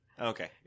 okay